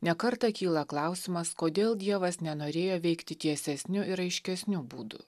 ne kartą kyla klausimas kodėl dievas nenorėjo veikti tiesesniu ir aiškesniu būdu